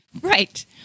Right